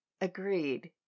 Agreed